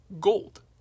gold